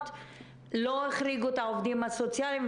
לא החריגו את העובדים הסוציאליים,